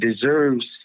deserves